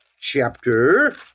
chapter